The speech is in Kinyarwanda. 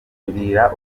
twakwiteza